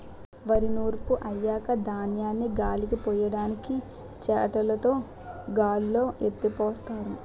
వరి నూర్పు అయ్యాక ధాన్యాన్ని గాలిపొయ్యడానికి చేటలుతో గాల్లో ఎత్తిపోస్తారు